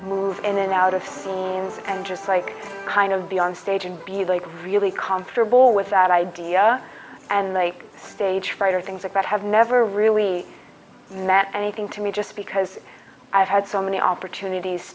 move in and out of scenes and just like kind of be on stage and be like really comfortable with that idea and like stage fright or things like that have never really met anything to me just because i've had so many opportunities